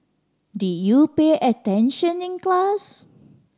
did you pay attention in class